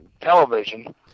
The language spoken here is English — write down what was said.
television